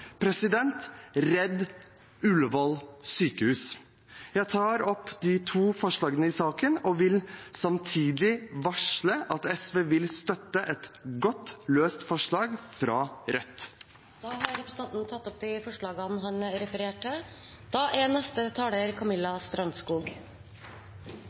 saken og vil samtidig varsle at SV vil støtte et godt, løst forslag fra Rødt. Representanten Nicholas Wilkinson har tatt opp de forslagene han refererte til. Den viktigste ressursen vi har i helsevesenet, er